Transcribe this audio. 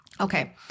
Okay